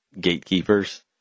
gatekeepers